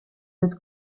des